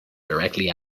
directly